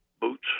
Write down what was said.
boots